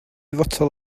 fotel